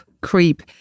creep